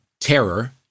terror